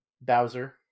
Bowser